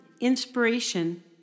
inspiration